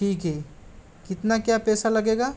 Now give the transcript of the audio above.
ठीक है कितना क्या पैसा लगेगा